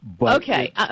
Okay